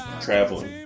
traveling